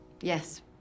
Yes